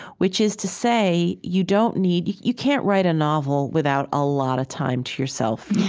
which is to say you don't need you you can't write a novel without a lot of time to yourself.